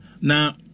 Now